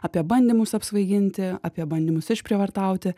apie bandymus apsvaiginti apie bandymus išprievartauti